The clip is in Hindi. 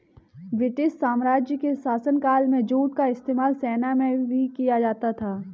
ब्रिटिश साम्राज्य के शासनकाल में जूट का इस्तेमाल सेना में भी किया जाता था